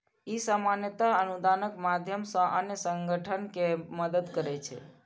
ई सामान्यतः अनुदानक माध्यम सं अन्य संगठन कें मदति करै छै